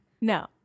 No